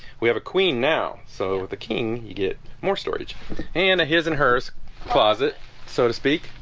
we have a queen now so with the king you get more storage and a his-and-hers closet so to speak